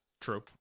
True